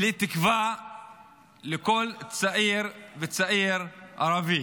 בלי תקווה לכל צעיר וצעיר ערבי.